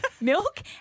milk